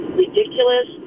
ridiculous